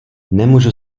nemůžu